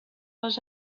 les